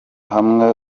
hamwe